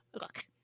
Look